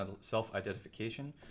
self-identification